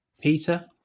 Peter